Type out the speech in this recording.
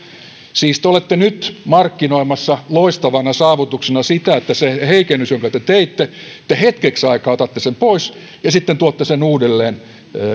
siis te olette nyt markkinoimassa loistavana saavutuksena sitä että sen heikennyksen jonka te te teitte te hetkeksi aikaa otatte pois ja sitten tuotte sen uudelleen esittämällänne tavalla